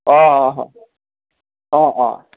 অঁ অঁ অঁ অঁ